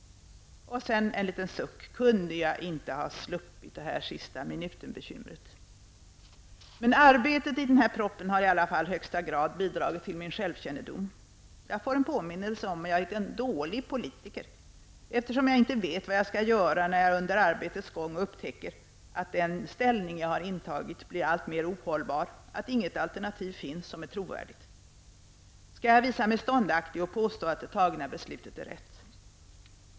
En liten suck: Kunde jag inte ha sluppit det här sista-minuten-bekymret? Men arbetet med den här propositionen har i alla fall i högsta grad bidragit till min självkännedom. Jag har fått en påminnelse om att jag är en dålig politiker, eftersom jag inte vet vad jag skall göra när jag under arbetets gång upptäcker att den ställning jag har intagit blir alltmer ohållbar, att inget alternativ finns som är trovärdigt. Skall jag visa mig ståndaktig och påstå att det fattade beslutet är rätt?